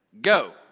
Go